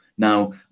Now